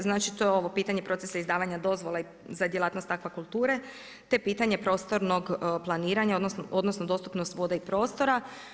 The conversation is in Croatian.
Znači to je ovo pitanje procesa izdavanja dozvola za djelatnost akvakulture te pitanje prostornog planiranja odnosno dostupnost voda i prostora.